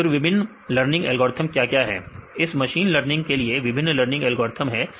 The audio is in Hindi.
तो फिर विभिन्न लर्निंग एल्गोरिथ्म क्या है इस मशीन लर्निंग के लिए विभिन्न लर्निंग learning एल्गोरिथ्म है